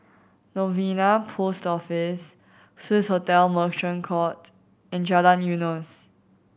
Novena Post Office Swissotel Merchant Court and Jalan Eunos